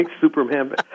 Superman